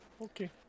okay